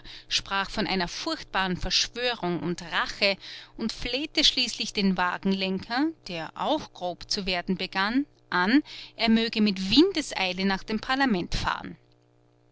sprach von einer furchtbaren verschwörung und rache und flehte schließlich den wagenlenker der auch grob zu werden begann an er möge mit windeseile nach dem parlament fahren